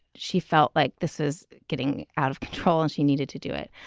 she felt like this is getting out of control and she needed to do it.